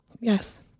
Yes